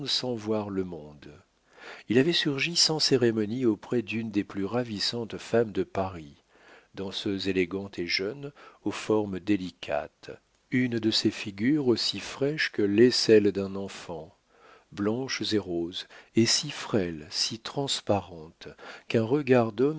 sans voir le monde il avait surgi sans cérémonie auprès d'une des plus ravissantes femmes de paris danseuse élégante et jeune aux formes délicates une de ces figures aussi fraîches que l'est celle d'un enfant blanches et roses et si frêles si transparentes qu'un regard